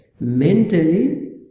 mentally